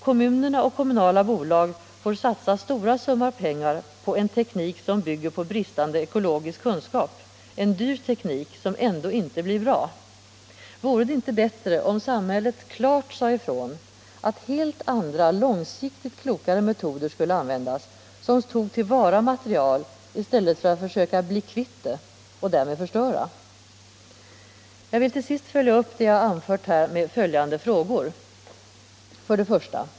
Kommunerna och kommunala bolag får satsa stora summor pengar på en teknik som bygger på bristande ekologisk kunskap, en dyr teknik som ändå inte blir bra. Vore det inte bättre om samhället klart sade ifrån att helt andra, långsiktigt klokare metoder skulle användas, som tog till vara material i stället för att försöka bli kvitt det och därmed förstöra? Jag vill till sist följa upp det jag anfört med följande frågor: 1.